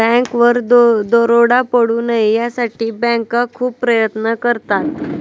बँकेवर दरोडा पडू नये यासाठी बँका खूप प्रयत्न करतात